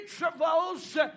intervals